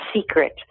secret